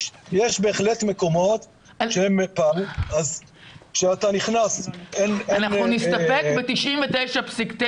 יש בהחלט מקומות כשאתה נכנס אין --- אנחנו נסתפק ב-99.9